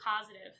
positive